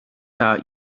out